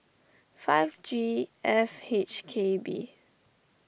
five G F H K B